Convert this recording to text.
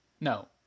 No